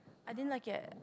I didn't like it